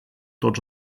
tots